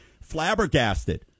flabbergasted